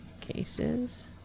cases